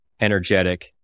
energetic